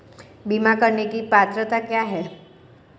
बीमा करने की पात्रता क्या है?